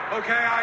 okay